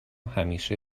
همیشه